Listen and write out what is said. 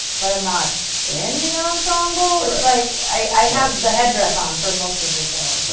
but i'm not in the ensemble. it's like i have the headdress on for most of the show.